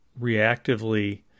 reactively